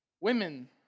women